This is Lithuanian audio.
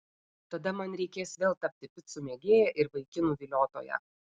tada man reikės vėl tapti picų mėgėja ir vaikinų viliotoja